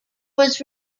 was